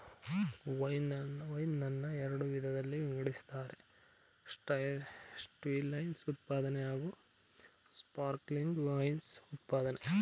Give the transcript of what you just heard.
wine ನನ್ನ ಎರಡು ವಿಧದಲ್ಲಿ ವಿಂಗಡಿಸ್ತಾರೆ ಸ್ಟಿಲ್ವೈನ್ ಉತ್ಪಾದನೆ ಹಾಗೂಸ್ಪಾರ್ಕ್ಲಿಂಗ್ ವೈನ್ ಉತ್ಪಾದ್ನೆ